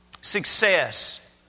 success